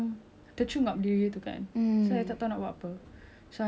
so I just masuk dalam kelas balik then I macam just doze off cause